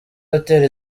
hoteli